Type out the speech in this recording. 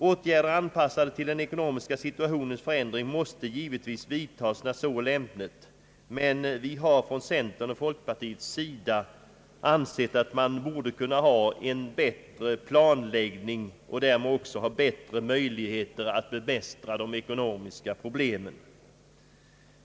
Åtgärder anpassade till den ekonomiska situationens förändring måste givetvis vidtagas när så är lämpligt, men vi har från centerns och folkpartiets sida ansett att man borde kunna ha en bättre planläggning och därmed också ha bättre möjligheter att bemästra de ekonomiska problemen.